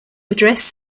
address